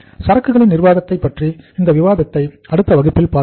சரக்குகளின் நிர்வாகத்தைப் பற்றிய இந்த விவாதத்தை அடுத்த வகுப்பில் தொடர்ந்து பார்ப்போம்